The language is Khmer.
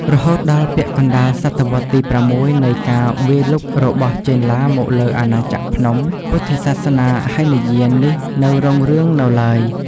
រហូតដល់ពាក់កណ្តាលសតវត្សទី៦ នៃការវាយលុករបស់ចេនឡាមកលើអាណាចក្រភ្នំ ពុទ្ធសាសនាហីនយាននេះនៅរុងរឿងនៅឡើយ ។